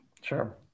Sure